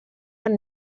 van